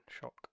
shock